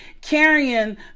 carrying